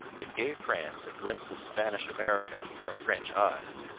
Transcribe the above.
it gave france a glimpse of spanish america from french eyes.